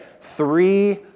Three